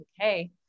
okay